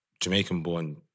Jamaican-born